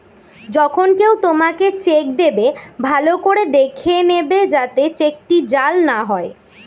যখন কেউ তোমাকে চেক দেবে, ভালো করে দেখে নেবে যাতে চেকটি জাল না হয়